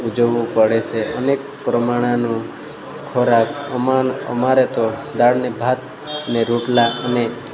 ઉજવવું પડે છે અનેક પ્રમાણાનું ખોરાક અમાન અમારે તો દાળ ને ભાત ને રોટલા અને